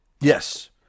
Yes